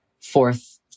fourth